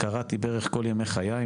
קרעתי ברך כל ימי חיי,